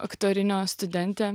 aktorinio studentė